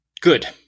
Good